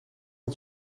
het